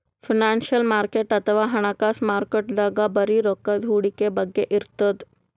financial market ಅಥವಾ ಹಣಕಾಸ್ ಮಾರುಕಟ್ಟೆದಾಗ್ ಬರೀ ರೊಕ್ಕದ್ ಹೂಡಿಕೆ ಬಗ್ಗೆ ಇರ್ತದ್